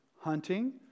hunting